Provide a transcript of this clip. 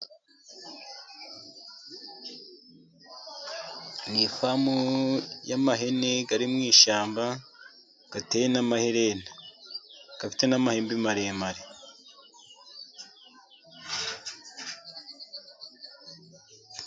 Ni ifamu y'ihene ziri mu ishyamba, ateyeho n'amaherena afite n'amahembe maremare.